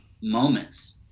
moments